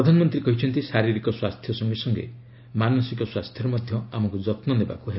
ପ୍ରଧାନମନ୍ତ୍ରୀ କହିଛନ୍ତି ଶାରିରୀକ ସ୍ୱାସ୍ଥ୍ୟ ସଙ୍ଗେ ସଙ୍ଗେ ମାନସିକ ସ୍ୱାସ୍ଥ୍ୟର ମଧ୍ୟ ଆମକ୍ତ ଯତ୍ନ ନେବାକ୍ତ ହେବ